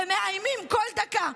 ומאיימים כל דקה: